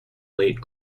late